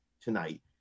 tonight